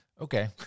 Okay